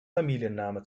familienname